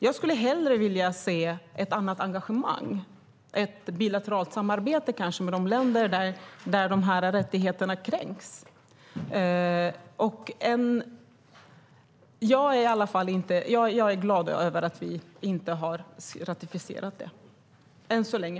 Jag skulle hellre vilja se ett annat engagemang, kanske ett bilateralt samarbete med de länder där dessa rättigheter kränks, och därför är jag glad över att vi inte har ratificerat det - än så länge.